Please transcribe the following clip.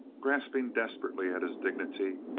grasping desperately at his dignity,